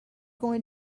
going